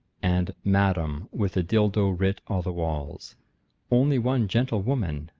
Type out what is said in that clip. and madam with a dildo writ o' the walls only one gentlewoman,